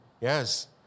yes